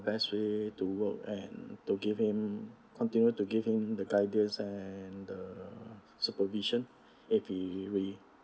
best way to work and to give him continue to give him the guidance and the supervision every way